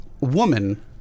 woman